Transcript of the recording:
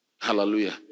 Hallelujah